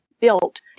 built